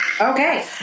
Okay